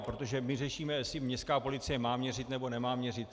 Protože my řešíme, jestli městská policie má měřit, nebo nemá měřit.